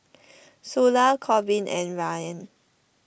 Sula Korbin and Ryann